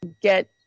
get